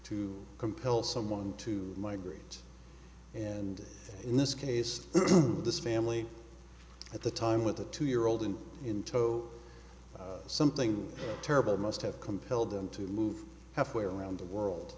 to compel someone to migrate and in this case this family at the time with a two year old and in tow something terrible must have compelled them to move halfway around the world